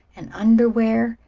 and underwear,